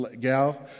gal